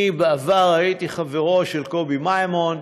אני בעבר הייתי חברו של קובי מימון,